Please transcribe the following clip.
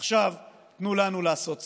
עכשיו תנו לנו לעשות סדר.